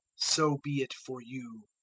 so be it for you.